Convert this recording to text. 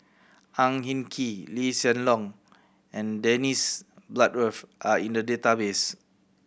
Ang Hin Kee Lee Hsien Loong and Dennis Bloodworth are in the database